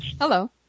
hello